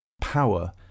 Power